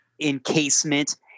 encasement